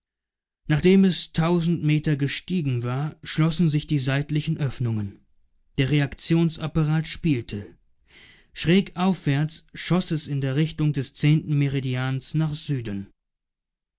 nachdem es tausend meter gestiegen war schlossen sich die seitlichen öffnungen der reaktionsapparat spielte schräg aufwärts schoß es in der richtung des zehnten meridians nach süden